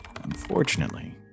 Unfortunately